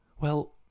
Well